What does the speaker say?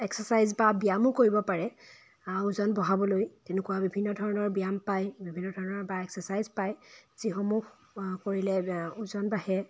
exercise বা ব্যায়ামো কৰিব পাৰে ওজন বঢ়াবলৈ তেনেকুৱা বিভিন্ন ধৰণৰ ব্য়ায়াম পায় বিভিন্ন ধৰণৰ বা এক্সেচাইজ পায় যিসমূহ কৰিলে ওজন বাঢ়ে